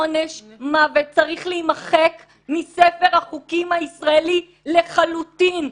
עונש מוות צריך להימחק מספר החוקים הישראלי לחלוטין,